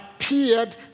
appeared